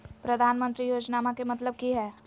प्रधानमंत्री योजनामा के मतलब कि हय?